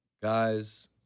Guys